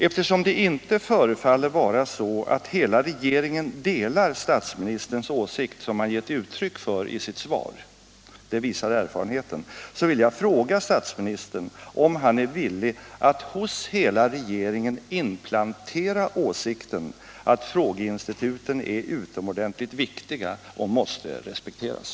Eftersom det inte förefaller vara så, att hela regeringen delar den åsikt statsministern gett uttryck för i sitt svar, det visar erfarenheten, vill jag fråga statsministern, om han är villig att hos alla regeringsledamöter inpränta åsikten att frågeinstituten är utomordentligt viktiga och måste respekteras.